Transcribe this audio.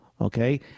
okay